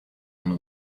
and